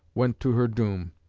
went to her doom,